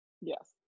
Yes